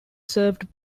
served